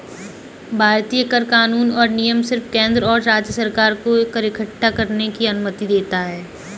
भारतीय कर कानून और नियम सिर्फ केंद्र और राज्य सरकार को कर इक्कठा करने की अनुमति देता है